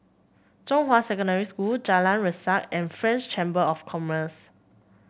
Zhonghua Secondary School Jalan Resak and French Chamber of Commerce